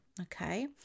okay